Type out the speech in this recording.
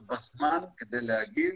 בזמן, כדי להגיב,